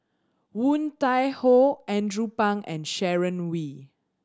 Woon Tai Ho Andrew Phang and Sharon Wee